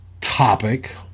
topic